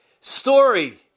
story